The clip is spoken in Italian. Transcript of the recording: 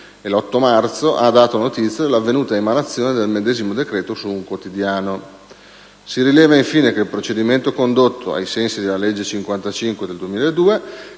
e l'8 marzo ha dato notizia dell'avvenuta emanazione del medesimo decreto su un quotidiano. Si rileva, infine, che il procedimento, condotto ai sensi della legge n. 55 del 2002,